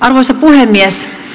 arvoisa puhemies